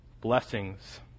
blessings